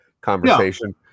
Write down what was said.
conversation